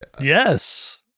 Yes